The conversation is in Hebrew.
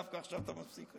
דווקא עכשיו אתה מפסיק אותי?